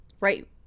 Right